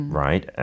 right